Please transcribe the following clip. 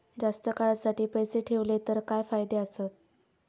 जास्त काळासाठी पैसे ठेवले तर काय फायदे आसत?